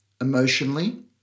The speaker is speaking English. emotionally